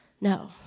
No